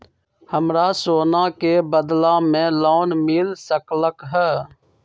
हमरा सोना के बदला में लोन मिल सकलक ह?